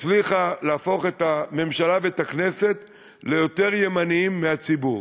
הצליחה להפוך את הממשלה ואת הכנסת ליותר ימניים מהציבור.